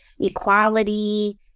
equality